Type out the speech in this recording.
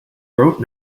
wrote